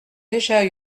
déjà